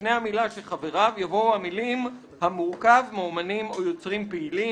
לפני המילה "שחבריו" יבואו המילים "המורכב מאמנים או יוצרים פעילים".